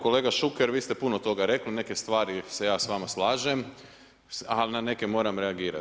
Kolega Šuker vi ste puno toga rekli, neke stvari se ja s vama slažem, ali na neke moram reagirat.